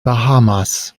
bahamas